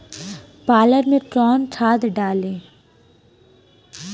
पालक में कौन खाद डाली?